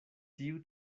tiu